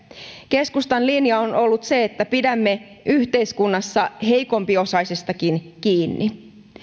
keskustan linja on ollut se että pidämme yhteiskunnassa heikompiosaisistakin kiinni